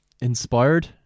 inspired